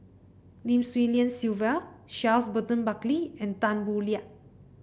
Lim Swee Lian Sylvia Charles Burton Buckley and Tan Boo Liat